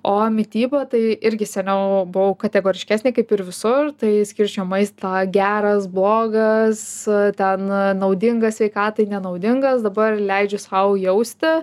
o mityba tai irgi seniau buvau kategoriškesnė kaip ir visur tai skirsčiau maistą geras blogas ten naudingas sveikatai nenaudingas dabar leidžiu sau jausti